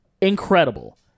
Incredible